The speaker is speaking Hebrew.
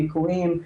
ניכויים,